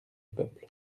peuple